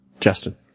Justin